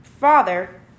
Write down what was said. father